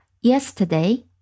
yesterday